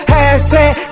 Hashtag